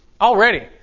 already